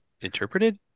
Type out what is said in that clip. interpreted